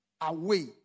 away